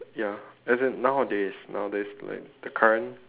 ya as in nowadays nowadays like the current